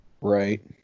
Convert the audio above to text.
Right